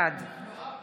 בעד